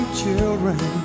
children